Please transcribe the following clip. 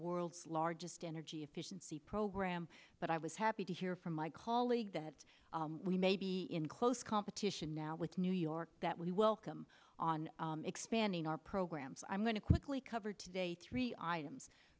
world's largest energy efficiency program but i was happy to hear from my colleague that we may be in close competition now with new york that we welcome on expanding our programs i'm going to quickly cover today three items